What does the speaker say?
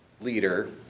leader